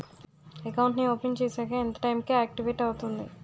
Account నీ open చేశాక ఎంత టైం కి ఆక్టివేట్ అవుతుంది?